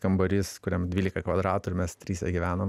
kambarys kuriam dvylika kvadratų ir mes trise gyvenom